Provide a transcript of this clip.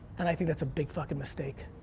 and i think that's a big fuckin' mistake.